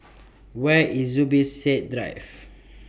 Where IS Zubir Said Drive